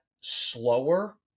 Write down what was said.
slower